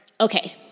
Okay